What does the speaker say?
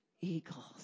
Eagles